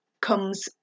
comes